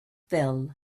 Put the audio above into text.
fell